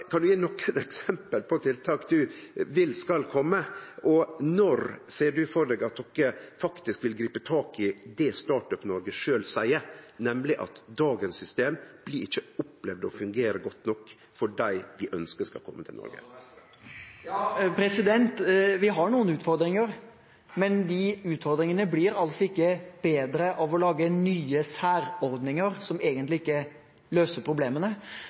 Kan han gje nokre eksempel på tiltak han vil skal kome, og når ser han for seg at dei faktisk vil gripe tak i det Startup-Noreg sjølv seier, nemleg at dagens system ikkje blir opplevd å fungere godt nok for dei vi ønskjer skal kome til landet? Vi har noen utfordringer, men de utfordringene blir altså ikke bedre av å lage nye særordninger som egentlig ikke løser problemene.